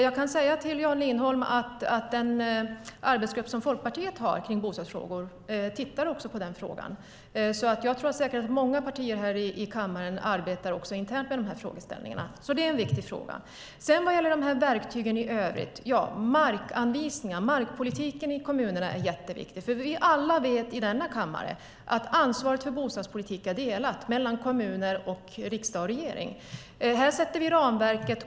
Jag kan säga till Jan Lindholm att den arbetsgrupp som Folkpartiet har när det gäller bostadsfrågor också tittar på den frågan. Jag tror att många partier här i kammaren arbetar internt med de här frågeställningarna. Det är en viktig fråga. Sedan gäller det verktygen i övrigt. Det handlar om markanvisningar. Markpolitiken i kommunerna är jätteviktig. Vi alla i denna kammare vet att ansvaret för bostadspolitik är delat mellan kommuner och riksdag och regering. Här sätter vi ramverket.